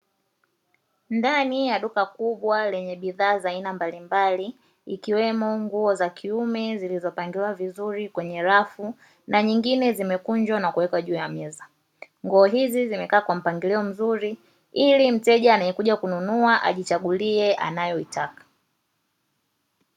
Ndani ya duka kubwa lenye bidhaa za aina mbalimbali ikiwemo nguo za kiume zilizopangiliwa vizuri kwenye rafu na nguo zingine zimekunjwa na kuwekwa juu ya meza. Nguo hizi zimekaa kwa mpangilio mzuri ili mteja anayekuja kununua ajichagulie anayoitaka.